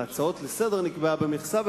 בהצעות לסדר-היום נקבעה מכסה,